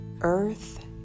Earth